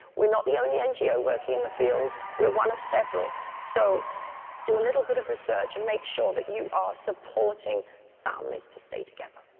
we're not the only ngo working in the field, we are one of several, so do a little bit of research, and make sure that you are supporting families to stay together.